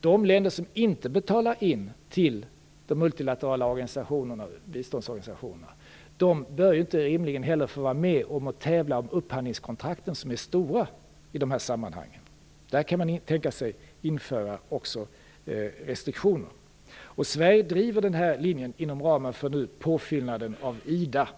De länder som inte betalar in till de multilaterala biståndsorganisationerna bör rimligen inte heller få vara med och tävla om upphandlingskontrakten som är stora i de här sammanhangen. Där kan man också tänka sig att införa restriktioner. Sverige driver den här linjen inom ramen för påfyllnaden av IDA.